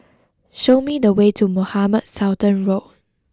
show me the way to Mohamed Sultan Road